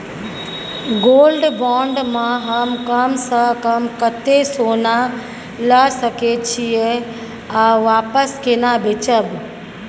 Gold bond म हम कम स कम कत्ते सोना ल सके छिए आ वापस केना बेचब?